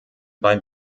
beim